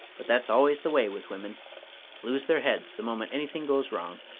but that's always the way with women lose their heads the moment anything goes wrong!